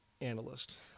analyst